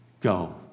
Go